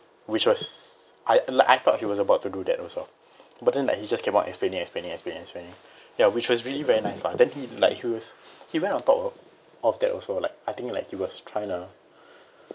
which was I like I thought he was about to do that also but then like he just kept on explaining explaining explaining ya which was really very nice lah then he like he was he went on top of that also like I think like he was trying to